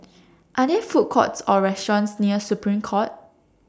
Are There Food Courts Or restaurants near Supreme Court